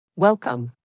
Welcome